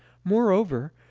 moreover,